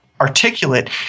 articulate